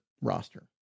roster